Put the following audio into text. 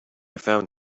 found